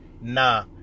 Nah